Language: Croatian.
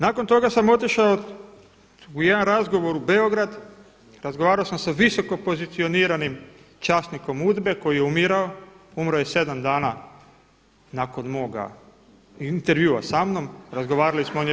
Nakon toga sam otišao u jedan razgovor u Beograd, razgovarao sam sa visoko pozicioniranim časnikom UDBA-e koji je umirao, umro je 7 dana nakon mog intervjua samnom, razgovarali smo, on je već,